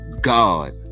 god